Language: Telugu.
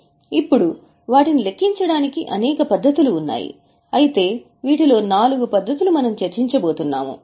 ఇప్పుడు వాటిని లెక్కించడానికి అనేక పద్ధతులు ఉన్నాయి అయితే వీటిలో నాలుగు పద్ధతులు మనం చర్చించబోతున్నాము